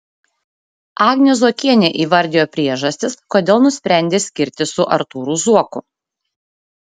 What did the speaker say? agnė zuokienė įvardijo priežastis kodėl nusprendė skirtis su artūru zuoku